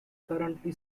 currently